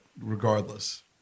regardless